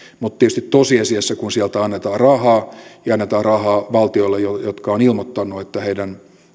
mutta tietysti tosiasiassa kun sieltä annetaan rahaa ja annetaan rahaa valtioille jotka ovat ilmoittaneet että heidän